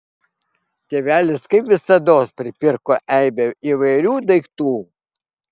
tėvelis kaip visados pripirko eibę įvairių daiktų